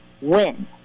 win